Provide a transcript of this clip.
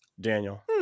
Daniel